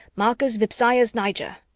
marcus vipsaius niger,